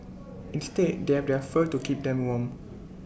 instead they have their fur to keep them warm